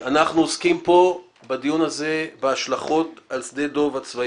אנחנו עוסקים בדיון הזה בהשלכות על שדה דב הצבאי.